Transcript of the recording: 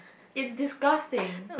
is disgusting